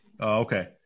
okay